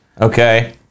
Okay